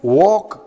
walk